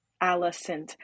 Allison